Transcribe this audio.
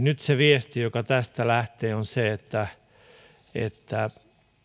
nyt se viesti joka tästä lähtee on se että että